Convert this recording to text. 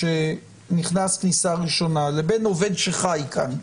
שנכנס כניסה ראשונה לבין עובד שחי כאן,